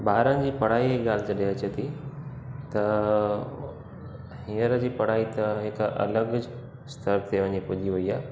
ॿारन जी पढ़ाईअ जी ॻाल्हि जॾहिं अचे थी त हींअर जी पढ़ाई त हिकु अलॻि स्तर ते वञी पुॼी वई आहे